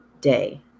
day